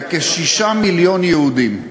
וכ-6 מיליון יהודים.